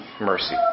Mercy